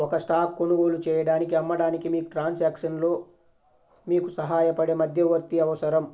ఒక స్టాక్ కొనుగోలు చేయడానికి, అమ్మడానికి, మీకు ట్రాన్సాక్షన్లో మీకు సహాయపడే మధ్యవర్తి అవసరం